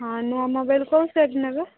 ହଁ ନୂଆ ମୋବାଇଲ୍ କେଉଁ ସେଟ୍ ନେବେ